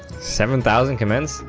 seven thousand commands